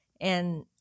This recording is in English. And-